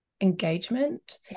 engagement